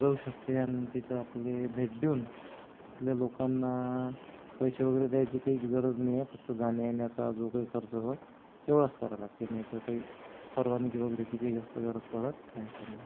जाऊ शकते आणि तिथं आपले भेट देऊन तिथल्या लोकांना पैसे वगैरे द्यायची काहीच गरज नाही आहे फक्त जाण्यायेण्याचा जो काही खर्च जो तेवढाच करावा लागते नाही तर काही परवानगी वगैरेची काही जास्त गरज पडत नाही तर मग